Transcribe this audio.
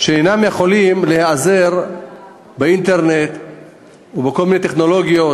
שאינם יכולים להיעזר באינטרנט ובכל מיני טכנולוגיות,